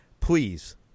Please